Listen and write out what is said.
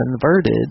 converted